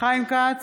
חיים כץ,